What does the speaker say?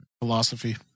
philosophy